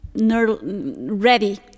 ready